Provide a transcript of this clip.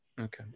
Okay